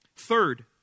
Third